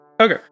Okay